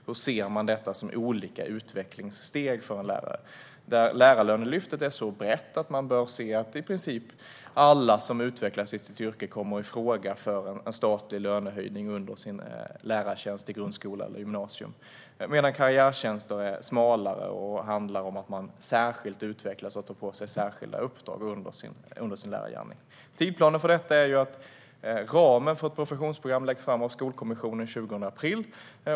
Hur kan de ses som olika utvecklingssteg för en lärare? Lärarlönelyftet är så brett att i princip alla som utvecklas i sitt yrke bör komma i fråga för en statlig lönehöjning under sin lärartjänst i grundskola eller gymnasium, medan karriärtjänster är smalare och handlar om att utvecklas särskilt och ta på sig särskilda uppdrag under sin lärargärning. Tidsplanen för detta är att ramen för ett professionsprogram ska läggas fram av Skolkommissionen den 20 april.